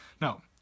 Now